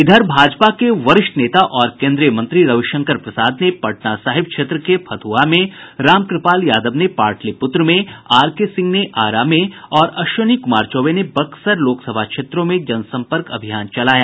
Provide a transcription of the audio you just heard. इधर भाजपा के वरिष्ठ नेता और केन्द्रीय मंत्री रविशंकर प्रसाद ने पटना साहिब क्षेत्र के फतुहा में रामकृपाल यादव ने पाटलिपुत्र में आर के सिंह ने आरा में और अश्विनी कुमार चौबे ने बक्सर लोकसभा क्षेत्रों में जनसंपर्क अभियान चलाया